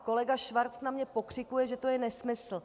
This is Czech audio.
Kolega Schwarz na mě pokřikuje, že to je nesmysl.